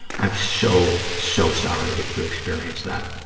i'm so, so sorry that you experienced that.